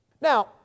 Now